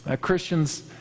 christians